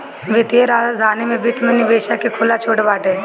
वित्तीय राजधानी में वित्त में निवेशक के खुला छुट बाटे